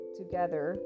together